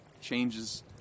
Changes